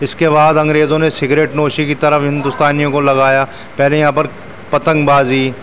اس کے بعد انگریزوں نے سگریٹ نوشی کی طرف ہندوستانیوں کو لگایا پہلے یہاں پر پتنگ بازی